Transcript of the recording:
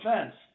offense